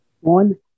One